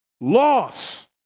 loss